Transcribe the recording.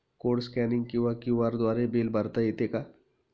Code scanning किंवा QR द्वारे bill भरता येते का?